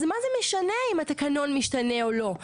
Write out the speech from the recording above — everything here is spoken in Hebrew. אז מה זה משנה אם התקנון משתנה או לא?